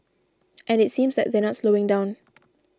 and it seems like they're not slowing down